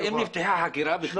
האם נפתחה חקירה בכלל?